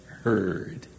heard